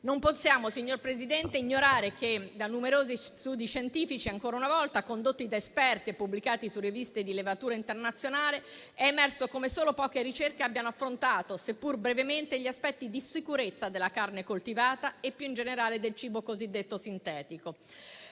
non possiamo ignorare che da numerosi studi scientifici, ancora una volta condotti da esperti e pubblicati su riviste di levatura internazionale, è emerso come solo poche ricerche abbiano affrontato, seppur brevemente, gli aspetti di sicurezza della carne coltivata e, più in generale, del cibo cosiddetto sintetico.